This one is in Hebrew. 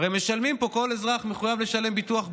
הרי משלמים פה, כל אזרח מחויב לשלם ביטוח בריאות,